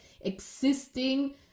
existing